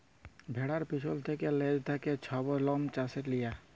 ভেড়ার পিছল থ্যাকে লেজ থ্যাকে ছব লম চাঁছে লিয়া